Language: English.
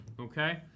okay